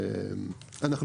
כן.